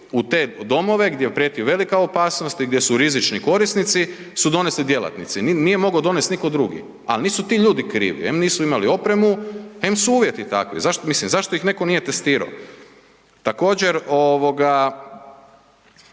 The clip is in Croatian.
u te domove gdje prijeti velika opasnost i gdje su rizični korisnici, su donesli djelatnici, nije mogo donest niko drugi, al nisu ti ljudi krivi, em nisu imali opremu, em su uvjeti takvi. Zašto, mislim zašto ih neko nije testiro? Također ovoga